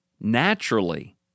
naturally